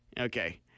Okay